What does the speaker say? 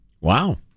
wow